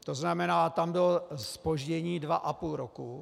To znamená, tam bylo zpoždění dva a půl roku.